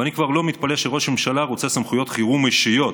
ואני כבר לא מתפלא שראש ממשלה רוצה סמכויות חירום אישיות,